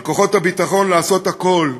על כוחות הביטחון לעשות הכול,